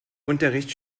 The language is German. unterricht